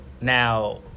now